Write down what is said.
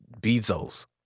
Bezos